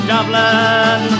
Dublin